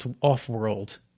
off-world